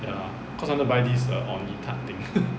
ya cause I wanted to buy this orh nee tart thing